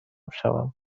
شوم